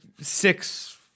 six